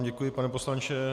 Děkuji vám, pane poslanče.